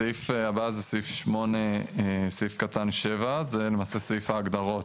סעיף הבא זה סעיף 8(7), זה למעשה סעיף ההגדרות.